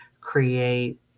create